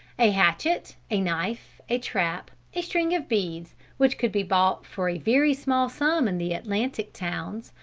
a hatchet, a knife, a trap, a string of beads, which could be bought for a very small sum in the atlantic towns,